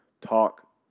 talk